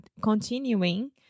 continuing